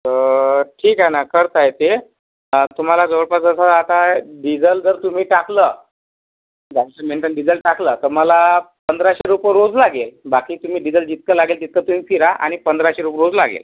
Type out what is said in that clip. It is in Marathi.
तर ठीक आहे ना करता येते तर तुम्हाला जवळपास जसं आता आहे डिझल जर तुम्ही टाकलं तुम्ही डिझेल टाकलं तर मला पंधराशे रुपये रोज लागेल बाकी तुम्ही डिझल जितकं लागेल तितकं तुम्ही फिरा आणि पंधराशे रोज लागेल